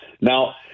Now